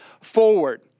forward